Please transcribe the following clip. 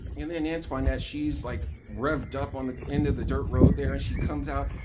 and then antoinette, she's, like, revved up on the end of the dirt road there. and she comes out.